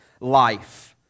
life